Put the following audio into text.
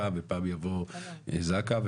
פעם יבוא זק"א,